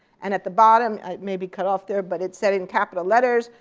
and at the bottom, it may be cut off there, but it said in capital letters,